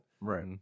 right